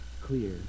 clear